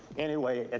anyway, and